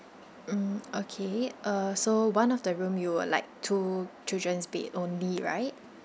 mm okay uh so one of the room you will like two children's bed only right